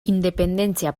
independentzia